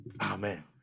Amen